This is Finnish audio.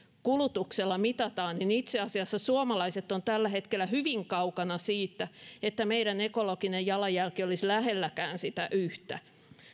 kulutuksella mitataan niin itse asiassa suomalaiset ovat tällä hetkellä hyvin kaukana siitä että meidän ekologinen jalanjälkemme olisi lähelläkään sitä yhtä